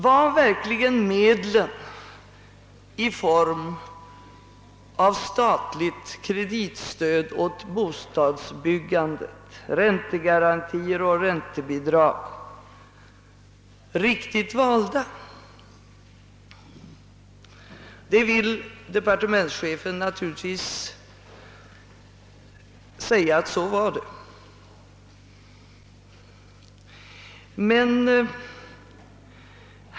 Var verkligen medlen i form av statligt kreditstöd åt bostadsbyggandet, räntegarantier och räntebidrag riktigt valda? Departementschefen vill naturligtvis påstå att så var fallet.